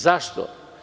Zašto?